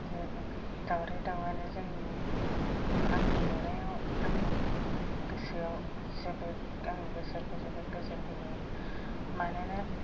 जों दाउराइ दाउआनो जोंनि आंनि नुनायाव आंनि गोसोआव जोबोद आंनि गोसोखौ जोबोद गोजोन होयो मानोना